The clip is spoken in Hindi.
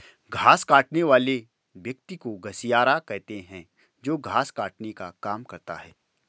घास काटने वाले व्यक्ति को घसियारा कहते हैं जो घास काटने का काम करता है